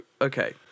okay